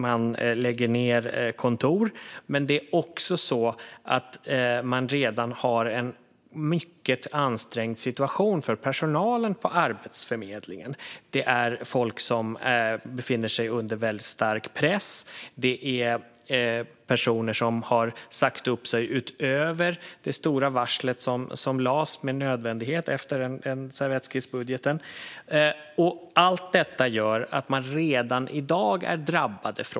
Kontor läggs ned, men det är också så att man redan har en mycket ansträngd situation för personalen på Arbetsförmedlingen. Det är folk som befinner sig under väldigt stark press. Det är personer som har sagt upp sig utöver det stora varsel som lades med nödvändighet efter servettskissbudgeten. Allt detta gör att kommunerna redan i dag är drabbade.